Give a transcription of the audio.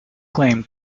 claim